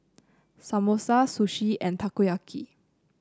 Samosa Sushi and Takoyaki